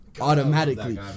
automatically